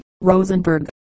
Rosenberg